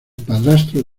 padrastro